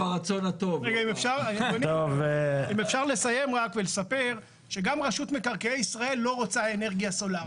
אם אפשר לסיים רק ולספר שגם רשות מקרקעי ישראל לא רוצה אנרגיה סולארית.